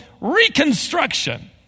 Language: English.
reconstruction